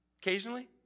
Occasionally